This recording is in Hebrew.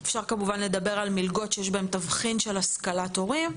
אפשר לדבר על מלגות שיש להן תבחין של השכלת הורים,